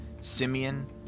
Simeon